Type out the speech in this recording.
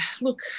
look